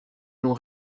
l’on